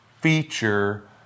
feature